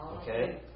Okay